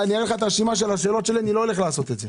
אני אראה לך את הרשימה של השאלות שלי ואני לא הולך לעשות את זה.